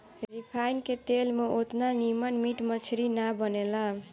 refine के तेल में ओतना निमन मीट मछरी ना बनेला